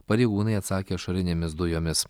pareigūnai atsakė ašarinėmis dujomis